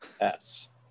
yes